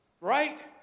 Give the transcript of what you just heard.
right